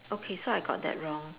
okay so I got that wrong